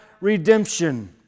redemption